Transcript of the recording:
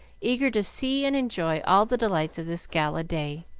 eager to see and enjoy all the delights of this gala-day.